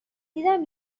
دیدم